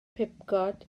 pibgod